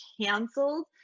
canceled